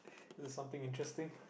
was something interesting